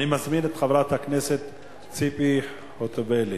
אני מזמין את חברת הכנסת ציפי חוטובלי.